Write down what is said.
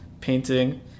painting